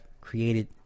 created